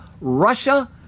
Russia